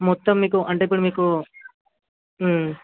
మొత్తం మీకు అంటే ఇప్పుడు మీకు